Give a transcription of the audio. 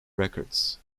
records